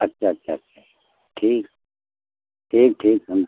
अच्छा अच्छा अच्छा ठीक ठीक ठीक हम